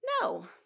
No